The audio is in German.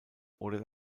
oder